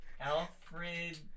Alfred